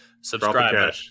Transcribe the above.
subscribe